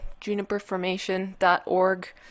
juniperformation.org